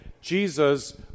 Jesus